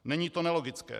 Není to nelogické.